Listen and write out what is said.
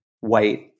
white